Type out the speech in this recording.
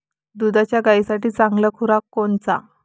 दुधाच्या गायीसाठी चांगला खुराक कोनचा?